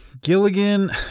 Gilligan